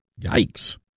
Yikes